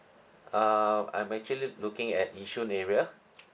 um I'm actually looking at yishun area